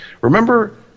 Remember